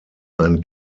ein